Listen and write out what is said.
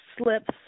slips